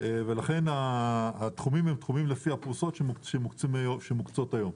ולכן התחומים הם תחומים לפי הפרוסות שמוקצות היום.